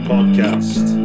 Podcast